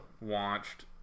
watched